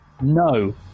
no